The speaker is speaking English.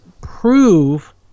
prove